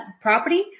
property